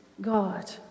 God